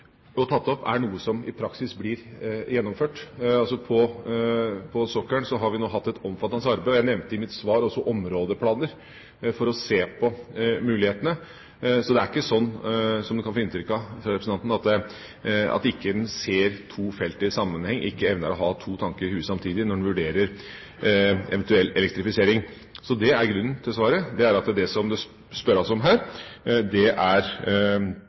og det som blir tatt opp, er noe som i praksis blir gjennomført. På sokkelen har vi nå hatt et omfattende arbeid – jeg nevnte i mitt svar også områdeplaner – for å se på mulighetene. Det er ikke sånn som en kan få inntrykk av fra representanten, at en ikke ser to felt i sammenheng, ikke evner å ha to tanker i hodet samtidig, når en vurderer eventuell elektrifisering. Det er grunnen til svaret – det som det spørres om her, er noe som er